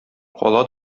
кала